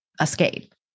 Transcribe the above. escape